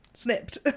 Snipped